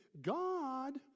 God